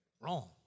wrong